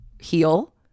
heal